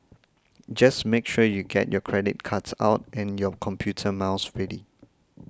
just make sure you get your credit cards out and your computer mouse ready